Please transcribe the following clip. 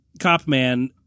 Copman